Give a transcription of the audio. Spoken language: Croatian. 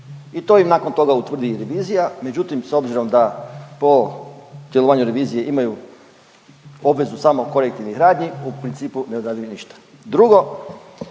i to im nakon toga utvrdi i revizija, međutim, s obzirom da po djelovanju revizije imaju obvezu samo korektivnih radnji, u principu ne odrade ništa. Drugo,